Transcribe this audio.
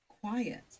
quiet